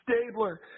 Stabler